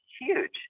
huge